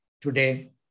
today